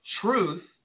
truth